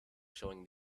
showing